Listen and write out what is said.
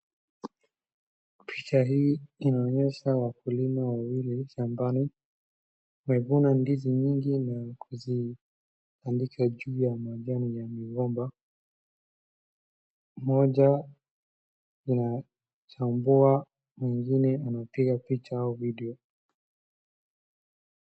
Picha hii inaonyesha wakulima wawili shambani wamevuna ndizi mingi na kuzibandika juu ya majani ya migomba. Mmoja anachambua, mwingine anapiga picha au video.